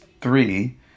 three